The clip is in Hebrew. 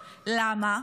למה?